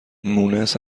مونس